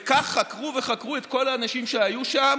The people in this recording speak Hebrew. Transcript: וכך חקרו וחקרו את כל האנשים שהיו שם